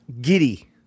giddy